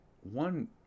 one